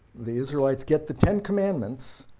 the israelites get the ten commandments.